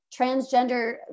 transgender